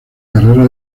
carrera